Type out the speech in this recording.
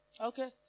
Okay